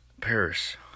Paris